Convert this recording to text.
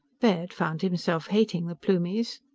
baird found himself hating the plumies.